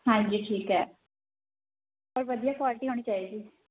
ਹਾਂਜੀ ਠੀਕ ਹੈ ਪਰ ਵਧੀਆ ਕੁਆਲਿਟੀ ਹੋਣੀ ਚਾਹੀਦੀ